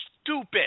stupid